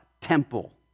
temple